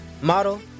model